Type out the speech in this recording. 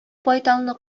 байталны